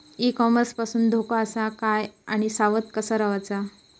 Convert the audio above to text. E commerce पासून धोको आसा काय आणि सावध कसा रवाचा?